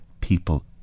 People